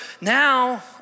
Now